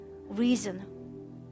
reason